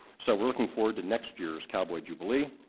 so we're looking forward to next year's cowboy jubilee.